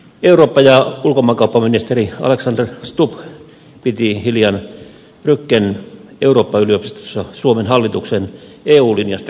eurooppa ja ulkomaankauppaministeri alexander stubb piti hiljan bruggen eurooppa yliopistossa suomen hallituksen eu linjasta kertovan puheenvuoron